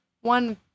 one